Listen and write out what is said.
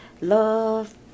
love